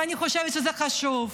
אני חושבת שזה חשוב,